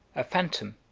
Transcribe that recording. a phantom,